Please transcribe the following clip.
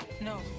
No